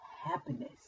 happiness